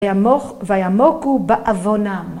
וימוכו בעוונם.